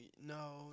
no